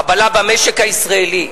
חבלה במשק הישראלי,